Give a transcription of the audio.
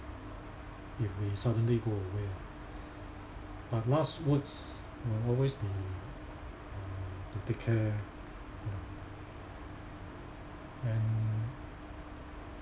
if we suddenly go away ah but last words will always be uh to take care uh and